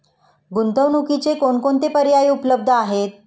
गुंतवणुकीचे कोणकोणते पर्याय उपलब्ध आहेत?